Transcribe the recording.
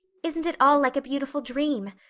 isn't it all like a beautiful dream?